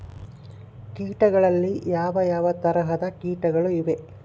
ಕೇಟಗಳಲ್ಲಿ ಯಾವ ಯಾವ ತರಹದ ಕೇಟಗಳು ಇವೆ?